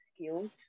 skilled